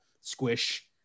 squish